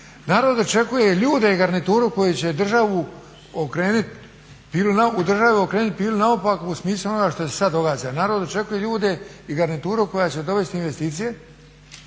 Narod očekuje ljude i garnituru koji će državu okrenit, u državi okrenit pilu naopako u smislu onoga što se sad događa. Narod očekuje ljude i garnituru koja će dovest investicije,